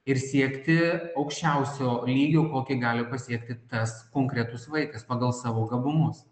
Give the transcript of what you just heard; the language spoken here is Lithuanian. ir siekti aukščiausio lygio kokį gali pasiekti tas konkretus vaikas pagal savo gabumus